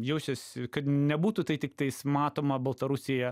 jausiuosi kad nebūtų tai tiktais matoma baltarusija